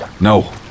No